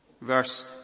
Verse